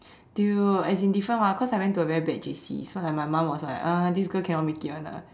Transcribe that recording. dude as in different [what] because I went to like a very bad J_C my mum was like uh this girl cannot make it [one] lah